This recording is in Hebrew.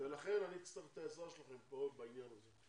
לכן אני אצטרך את העזרה שלכם פה בעניין הזה.